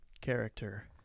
character